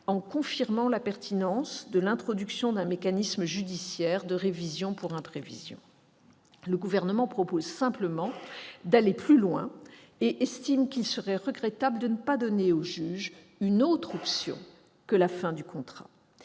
en confirmant la pertinence de l'introduction d'un mécanisme judiciaire de révision pour imprévision. Le Gouvernement propose simplement d'aller plus loin et estime qu'il serait regrettable de ne pas donner au juge une autre option que la fin du contrat.